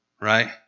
Right